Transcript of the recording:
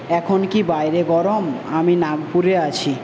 এখন কি বাইরে গরম আমি নাগপুরে আছি